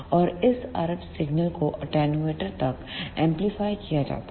और इस RF signal को एटेन्यूएटर attenuator तक एंपलीफाय किया जाता है